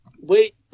wait